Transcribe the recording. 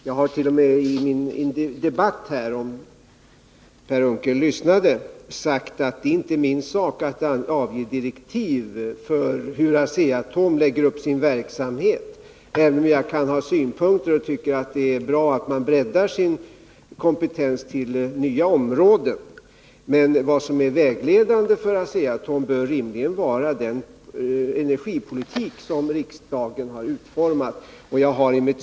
Jag har t.o.m. i debatten här sagt - vilket borde ha stått klart för Per Unckel, om han hade lyssnat — att det inte är min sak att avge direktiv för hur Asea-Atom skall lägga upp sin verksamhet, även om jag kan ha synpunkter och tycka att det är bra att man breddar sin kompetens till nya områden. Det vägledande för Asea-Atom bör rimligen vara den energipolitik som 9 Riksdagens protokoll 1981/82:68-69 riksdagen har utformat.